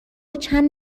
چند